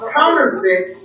Counterfeit